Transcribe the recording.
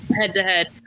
head-to-head